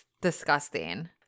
disgusting